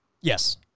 Yes